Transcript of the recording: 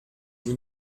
vous